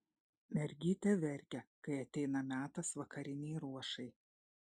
mergytė verkia kai ateina metas vakarinei ruošai